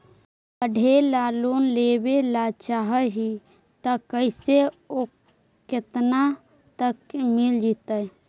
पढ़े ल लोन लेबे ल चाह ही त कैसे औ केतना तक मिल जितै?